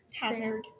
hazard